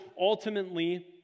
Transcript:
ultimately